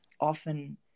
often